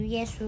Yes